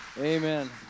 Amen